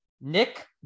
Nick